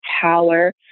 power